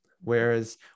Whereas